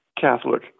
Catholic